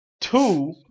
Two